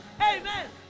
amen